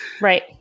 Right